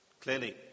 Clearly